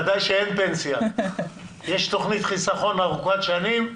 ודאי שאין פנסיה, יש תוכנית חיסכון ארוכת שנים.